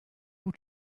able